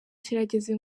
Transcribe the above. kirageze